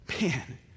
man